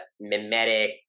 mimetic